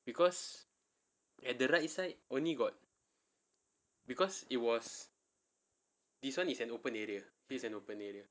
because at the right side only got because it was this [one] is an open area it's an open area